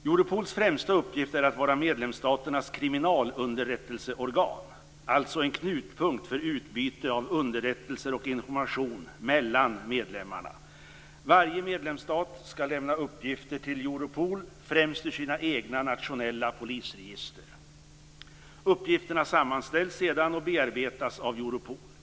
Europols främsta uppgift är att vara medlemsstaternas kriminalunderrättelseorgan, dvs. en knutpunkt för utbyte av underrättelser och information mellan medlemmarna. Varje medlemsstat skall lämna uppgifter till Europol, främst ur sina egna nationella polisregister. Uppgifterna sammanställs och bearbetas sedan av Europol.